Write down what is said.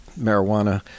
marijuana